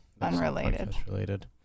Unrelated